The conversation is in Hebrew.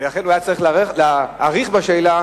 ולכן הוא היה צריך להאריך בשאלה,